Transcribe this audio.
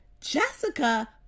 Jessica